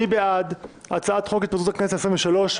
מי בעד הצעת חוק התפזרות הכנסת העשרים ושלוש,